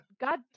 God